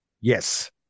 Yes